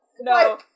no